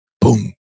boom